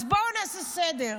אז בואו נעשה סדר.